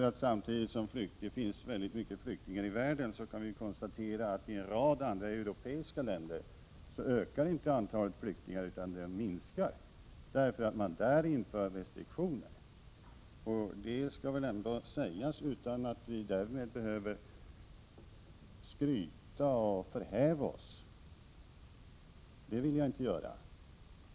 Men samtidigt som det finns väldigt många flyktingar i världen kan vi konstatera att antalet flyktingar i en rad andra europeiska länder inte ökar, utan de minskar därför att man inför restriktioner. Detta skall väl ändå sägas, utan att vi därmed behöver skryta och förhäva oss. Det vill jag inte göra.